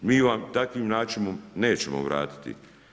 Mi vam takvim načinom nećemo vratiti.